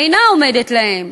היא אינה עומדת להם.